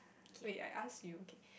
wait I ask you okay